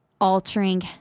altering